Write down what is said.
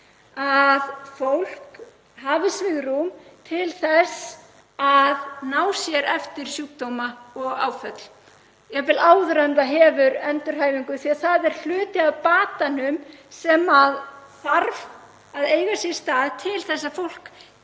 að fólk hafi svigrúm til þess að ná sér eftir sjúkdóma og áföll, jafnvel áður en það hefur endurhæfingu, því að það er hluti af batanum sem þarf að eiga sér stað til að fólk